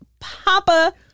Papa